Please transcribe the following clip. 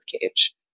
cage